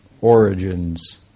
origins